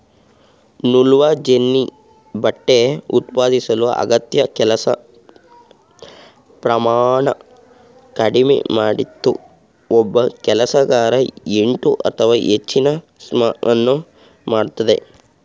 ನೂಲುವಜೆನ್ನಿ ಬಟ್ಟೆ ಉತ್ಪಾದಿಸಲು ಅಗತ್ಯ ಕೆಲಸ ಪ್ರಮಾಣ ಕಡಿಮೆ ಮಾಡಿತು ಒಬ್ಬ ಕೆಲಸಗಾರ ಎಂಟು ಅಥವಾ ಹೆಚ್ಚಿನ ಸ್ಪೂಲನ್ನು ಮಾಡ್ತದೆ